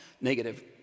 negative